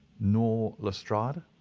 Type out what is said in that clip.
nor lestrade?